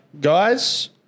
guys